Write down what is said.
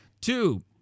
Two